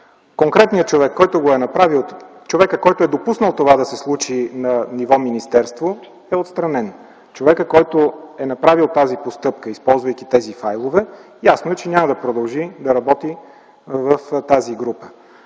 е направил, човекът, който е допуснал това да се случи на ниво министерство, е отстранен. Човекът, който е направил тази постъпка, използвайки тези файлове, ясно е, че няма да продължи да работи в тази група.